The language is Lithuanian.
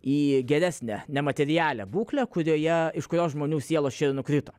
į geresnę nematerialią būklę kurioje iš kurios žmonių sielos čia ir nukrito